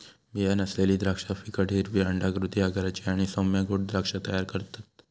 बीया नसलेली द्राक्षा फिकट हिरवी अंडाकृती आकाराची आणि सौम्य गोड द्राक्षा तयार करतत